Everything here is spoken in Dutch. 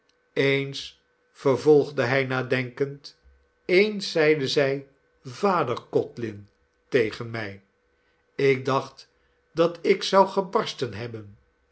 eens vervolgde hij nadenkend eens zeide zij vader codlin tegen mij ik dacht dat ik zou gebarsten hebben